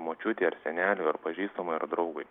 močiutei ar seneliui ar pažįstamui ar draugui